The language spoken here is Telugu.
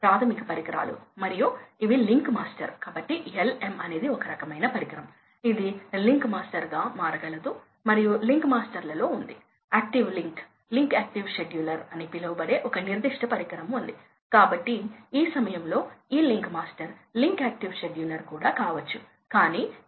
ఎనభై శాతం కేసు ఇప్పుడు పూర్తిగా భిన్నంగా ఉంది ఇది 35 ఇది 31 మరియు ఇది 27 అని గుర్తుంచుకోండి కాబట్టి ఇప్పుడు సగటు హార్స్ పవర్ అవసరం 32 ఇక్కడ మునుపటి 13 మునుపటిది 32 పాయింట్ల ఏదో ఉంది మీరు 1400 కిలోవాట్ల దాదాపు 20 హార్స్పవర్ కాబట్టి ఎంత పవర్ పొదుపు సాధించిందో ఊహించుకోండి